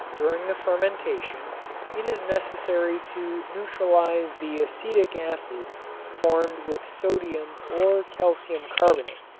during the fermentation it is necessary to neutralize the acetic acid formed with sodium or calcium carbonate.